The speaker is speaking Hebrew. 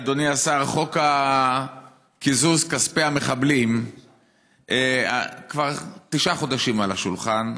אדוני השר: חוק קיזוז כספי המחבלים כבר תשעה חודשים על השולחן.